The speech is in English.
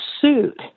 sued